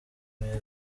mwiza